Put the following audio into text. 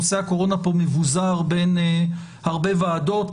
נושא הקורונה פה מבוזר בין הרבה ועדות,